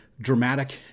dramatic